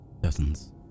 Dozens